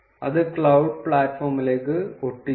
അത് ക്ലൌഡ് പ്ലാറ്റ്ഫോമിലേക്ക് ഒട്ടിക്കുക